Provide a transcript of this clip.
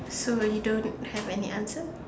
so you don't have any answer